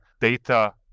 data